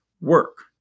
work